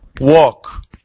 walk